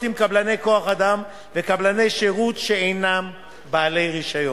עם קבלני כוח-אדם וקבלני שירות שאינם בעלי רשיון,